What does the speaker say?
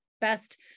best